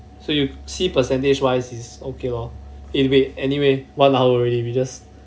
so you see percentage wise is okay lor eh wait anyway one hour already we just stop recording first